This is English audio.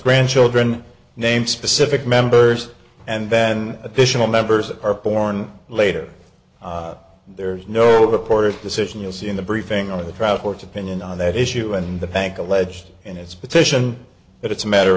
grandchildren name specific members and then additional members are born later there's no reporters decision you'll see in the briefing or the crowd court's opinion on that issue and the bank alleged in its petition that it's a matter